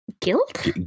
guilt